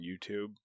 youtube